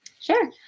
Sure